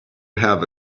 have